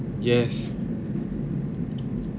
yes